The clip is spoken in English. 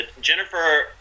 Jennifer